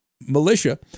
militia